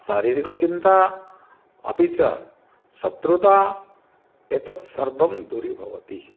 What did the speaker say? शारीरिकचिन्ता अपि च शत्रुता एतत् सर्वं दूरी भवति